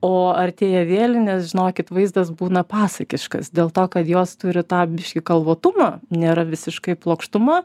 o artėja vėlinės žinokit vaizdas būna pasakiškas dėl to kad jos turi tą biškį kalvotumą nėra visiškai plokštuma